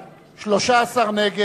נמנע?